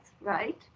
right